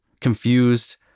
confused